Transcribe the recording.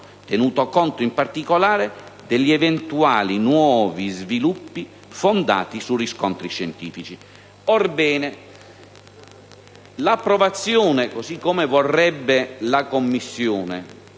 tenuto conto in particolare degli eventuali nuovi sviluppi fondati su riscontri scientifici. Orbene, l'approvazione, così come vorrebbe la Commissione